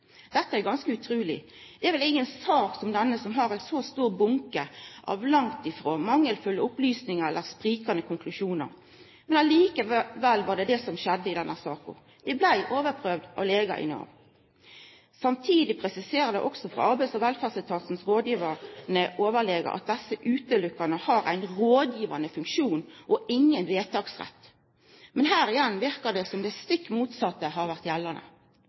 Dette er ganske utruleg. Det er vel inga sak som har ein så stor bunke av langtifrå mangelfulle opplysningar eller sprikande konklusjonar som denne. Likevel var det det som skjedde i denne saka, dei vart overprøvde av legar i Nav. Samtidig vert det òg presisert frå Arbeids- og velferdsetatens rådgivande overlege at desse utelukkande har ein rådgivande funksjon, og ingen vedtaksrett. Men her igjen verkar det som det stikk motsette har vore gjeldande.